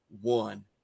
one